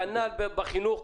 כנ"ל בחינוך,